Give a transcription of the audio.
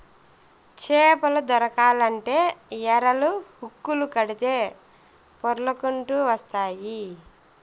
చేపలు దొరకాలంటే ఎరలు, హుక్కులు కడితే పొర్లకంటూ వస్తాయి